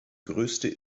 größte